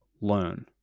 learn